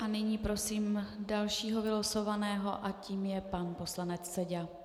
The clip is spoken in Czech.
A nyní prosím dalšího vylosovaného a tím je pan poslanec Seďa.